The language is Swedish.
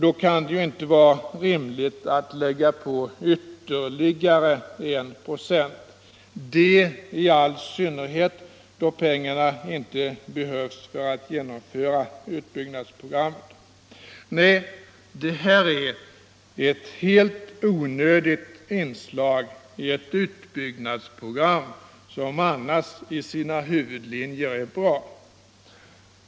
Då kan det ju inte vara rimligt att lägga på ytterligare I 26, i all synnerhet då pengarna inte behövs för att genomföra utbyggnadsprogrammet. Nej, det här är ett helt onödigt inslag i ett utbyggnadsprogram som annars i sina huvudlinjer är bra.